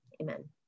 Amen